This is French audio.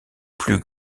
plus